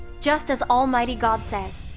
just as almighty god says,